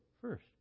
first